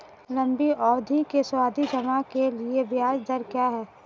लंबी अवधि के सावधि जमा के लिए ब्याज दर क्या है?